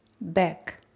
back